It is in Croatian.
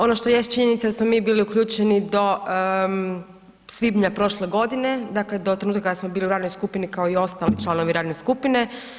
Ono što jest činjenica da smo bili uključeni do svibnja prošle godine, dakle, do trenutka kad smo bili u radnoj skupini, kao i ostali članovi radne skupine.